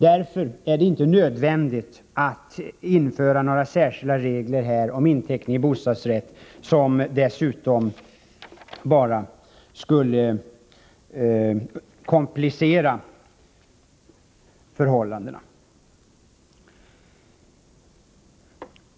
Därför är det inte nödvändigt att införa några särskilda regler om inteckning i bostadsrätt, som dessutom bara skulle komplicera förhållandena.